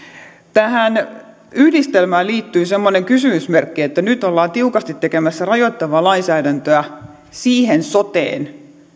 tähän yhdistelmään liittyy semmoinen kysymysmerkki että nyt ollaan tiukasti tekemässä rajoittavaa lainsäädäntöä siihen soteen